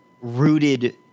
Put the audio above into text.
rooted